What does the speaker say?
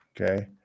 Okay